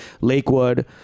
lakewood